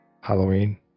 Halloween